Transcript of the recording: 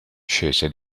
scese